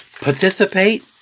Participate